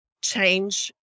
change